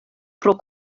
pro